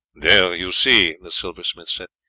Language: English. there you see, the silversmith said,